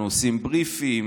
אנחנו עושים בריפים,